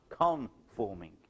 conforming